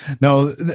No